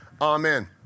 Amen